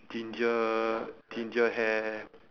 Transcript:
ginger ginger hair